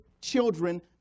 children